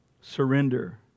surrender